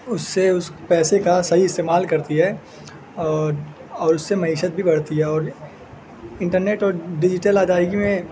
اس سے اس پیسے کا صحیح استعمال کرتی ہے اور اور اس سے معیشت بھی بڑھتی ہے اور انٹرنیٹ اور ڈیجیٹل ادائیگی میں